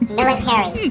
military